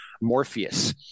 Morpheus